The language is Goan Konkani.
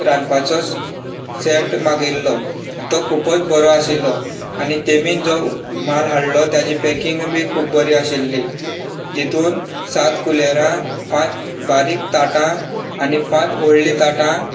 रांदपाचोच सेट मागयिल्लो तो खूबच बरो आशिल्लो आनी तेमीन जो म्हाल हाडलो तेची पेकिमग बी खूब बरी आशिल्ली तेंतून सात कुलेरा पांच बारीक ताटां आनी पांच व्हडली ताटां